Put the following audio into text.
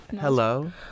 hello